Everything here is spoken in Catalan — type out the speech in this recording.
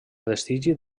vestigi